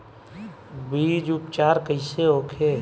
बीज उपचार कइसे होखे?